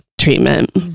treatment